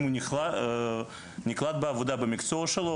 אם הוא נקלט בעבודה במקצוע שלו,